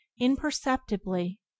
Imperceptibly